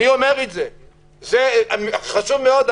חשוב מאוד,